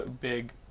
big